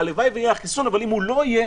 הלוואי ויהיה חיסון, אבל אם הוא לא יהיה